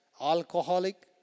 alcoholic